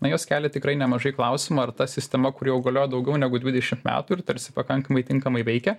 na jos kelia tikrai nemažai klausimų ar ta sistema kuri jau galiojo daugiau negu dvidešim metų ir tarsi pakankamai tinkamai veikia